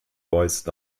voice